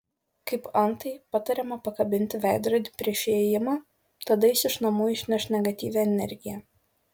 kaip antai patariama pakabinti veidrodį prieš įėjimą tada jis iš namų išneš negatyvią energiją